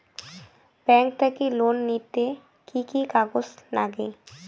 Bank থাকি loan নিতে কি কি কাগজ নাগে?